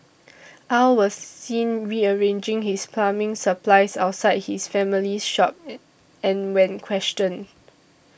Aw was seen rearranging his plumbing supplies outside his family's shop and when questioned